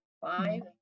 five